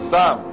Sam